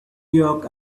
york